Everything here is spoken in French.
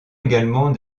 également